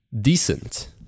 decent